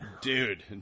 Dude